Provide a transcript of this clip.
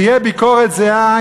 תהיה ביקורת זהה,